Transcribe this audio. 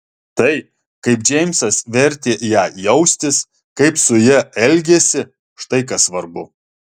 tai kaip džeimsas vertė ją jaustis kaip su ja elgėsi štai kas svarbu